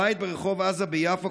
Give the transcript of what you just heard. הבית ברחוב עזה ביפו,